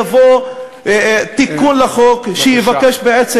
יבוא תיקון לחוק שיבקש בעצם,